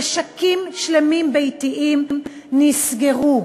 משקים שלמים ביתיים נסגרו.